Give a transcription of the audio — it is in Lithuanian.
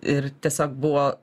ir tiesiog buvo